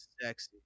Sexy